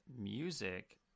music